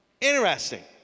interesting